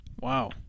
Wow